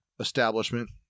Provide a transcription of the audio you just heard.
establishment